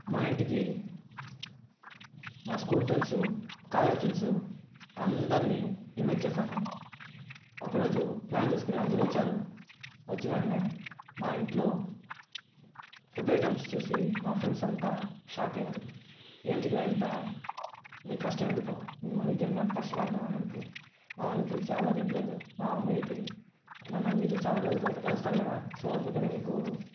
మా ఇంటికి మా స్కూల్ ఫ్రెండ్స్ కాలేజ్ ఫ్రెండ్స్ అందర్నీ ఇన్వైట్ చేశాను ఒక రోజు ప్లాన్ చేసుకొని అందరూ వచ్చారు వచ్చిన వెంటనే మా ఇంట్లో ఫుడ్ ఐటమ్స్ చూసి మా ఫ్రెండ్స్ అంతా షాక్ అయ్యారు ఏంటికిరా ఇంత మీకు కష్టం ఎందుకు మీ మమ్మీకి ఎందుకు అంత కష్టపెడతావ్ అని అడిగితే మా మమ్మీ అలా చెప్పలేదు మా మమ్మీ అయితే నాన్న మీరు చాలా రోజుల తర్వాత కలుస్తారు కదా సో అందుకనే మీకు